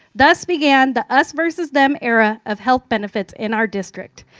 thus began the us versus them era of health benefits in our district.